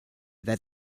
that